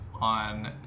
on